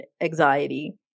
anxiety